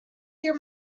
hear